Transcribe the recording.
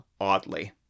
oddly